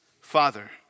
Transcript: Father